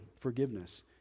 forgiveness